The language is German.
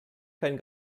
kein